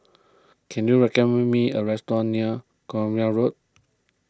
can you recommend me a restaurant near Cornwall Road